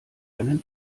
einen